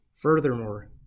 Furthermore